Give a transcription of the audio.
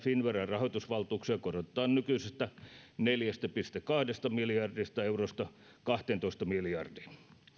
finnveran rahoitusvaltuuksia korotetaan nykyisestä neljästä pilkku kahdesta miljardista eurosta kahteentoista miljardiin